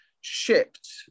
shipped